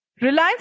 Reliance